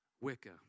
Wicca